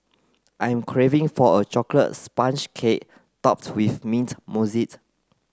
I am craving for a chocolate sponge cake topped with mint